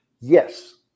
yes